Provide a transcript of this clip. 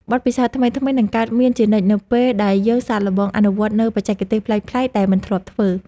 បទពិសោធន៍ថ្មីៗនឹងកើតមានជានិច្ចនៅពេលដែលយើងសាកល្បងអនុវត្តនូវបច្ចេកទេសប្លែកៗដែលមិនធ្លាប់ធ្វើ។